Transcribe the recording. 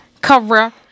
Cover